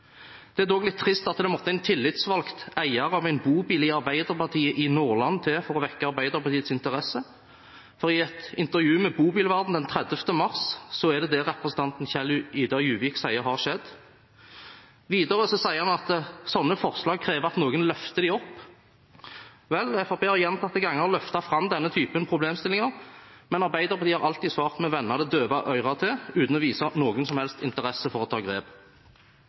Det er dog litt trist at det måtte en tillitsvalgt eier av en bobil i Arbeiderpartiet i Nordland til for å vekke Arbeiderpartiets interesse – i et intervju med Bobilverden den 30. mars 2015 er det det representanten Kjell-Idar Juvik sier har skjedd. Videre sier han at slike forslag krever at noen løfter dem opp. Vel, Fremskrittspartiet har gjentatte ganger løftet fram denne typen problemstillinger, men Arbeiderpartiet har alltid svart med å vende det døve øret til, uten å vise noen som helst interesse for å ta grep.